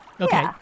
Okay